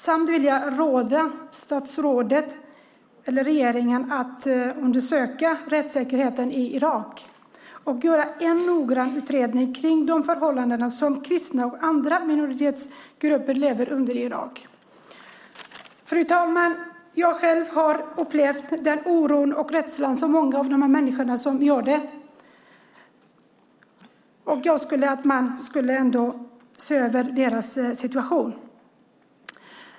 Jag vill också råda statsrådet eller regeringen att undersöka rättssäkerheten i Irak och göra en noggrann utredning kring de förhållanden som kristna och andra minoritetsgrupper lever under i Irak. Fru talman! Jag har själv upplevt den oro och rädsla som många av de här människorna känner, och jag önskar att man ändå skulle se över deras situation.